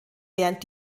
während